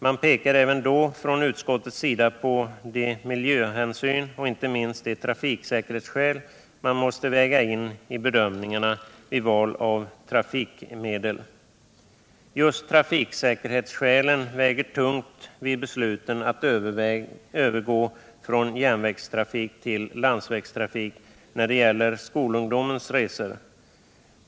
Utskottet pekade även då på de miljöhänsyn och inte minst de trafiksäkerhetsskäl som man måste väga in i bedömningarna vid valet av trafikmedel. Just trafiksäkerhetsskälen väger tungt vid besluten att för skolungdomens resor övergå från järnvägstrafik till landsvägstrafik.